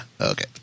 Okay